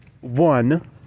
one